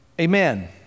Amen